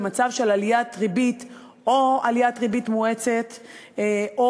במצב של עליית ריבית או עליית ריבית מואצת או